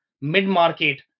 mid-market